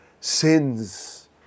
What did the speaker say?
sins